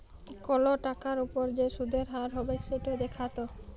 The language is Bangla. কল টাকার উপর কি সুদের হার হবেক সেট দ্যাখাত